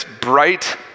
bright